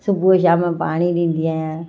सुबुह शाम मां पाणी ॾींदी आहियां